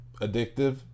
Addictive